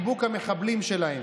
שלהם בערבית ואת חיבוק המחבלים שלהם.